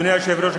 אדוני היושב-ראש,